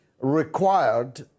required